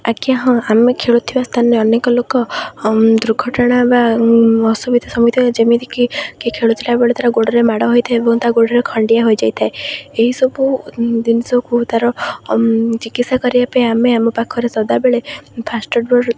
ଆଜ୍ଞା ହଁ ଆମେ ଖେଳୁଥିବା ସ୍ଥାନରେ ଅନେକ ଲୋକ ଦୁର୍ଘଟଣା ବା ଅସୁବିଧା ସମ୍ମୁଖୀନ ଯେମିତିକି କିଏ ଖେଳୁଥିଲା ବେଳେ ତା'ର ଗୋଡ଼ରେ ମାଡ଼ ହୋଇଥାଏ ଏବଂ ତା ଗୋଡ଼ରେ ଖଣ୍ଡିଆ ହୋଇଯାଇଥାଏ ଏହିସବୁ ଜିନିଷକୁ ତା'ର ଚିକିତ୍ସା କରିବା ପାଇଁ ଆମେ ଆମ ପାଖରେ ସଦାବେଳେ ଫାଷ୍ଟ୍ ଏଡ଼୍ ବକ୍ସ୍